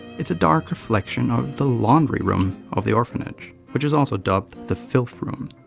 it's a dark reflection of the laundry room of the orphanage which is also dubbed the filth room.